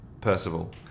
Percival